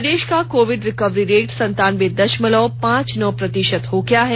प्रदेश का Covid recovery rate सनतानबे दशमलव पांच नौ प्रतिशत हो गया है